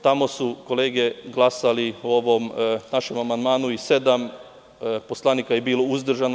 Tamo su kolege glasale o ovom našem amandmanu i sedam poslanika je bilo uzdržano.